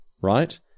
right